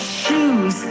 shoes